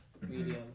medium